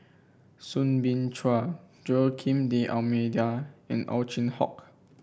Soo Bin Chua Joaquim D'Almeida and Ow Chin Hock